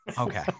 okay